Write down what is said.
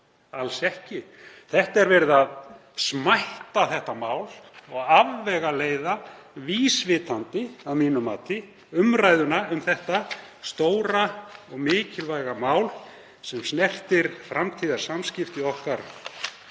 alls ekki. Það er verið að smætta þetta mál og afvegaleiða vísvitandi, að mínu mati, umræðuna um þetta stóra og mikilvæga mál sem snertir framtíðarsamskipti okkar